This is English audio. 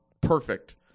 perfect